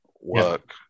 work